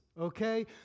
okay